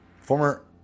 Former